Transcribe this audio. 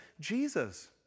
Jesus